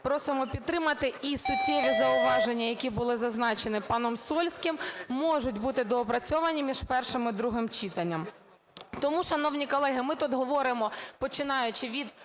Просимо підтримати. І суттєві зауваження, які були зазначені паном Сольським, можуть бути доопрацьовані між першим і другим читанням. Тому, шановні колеги, ми тут говоримо, починаючи від